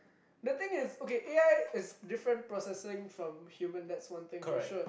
the thing is okay A_I is different processing from human that's one thing for sure